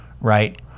right